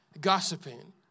gossiping